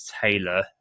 Taylor